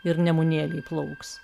ir nemunėly plauks